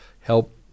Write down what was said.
help